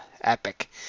epic